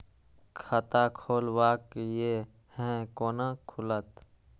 खाता खोलवाक यै है कोना खुलत?